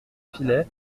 filaient